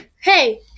hey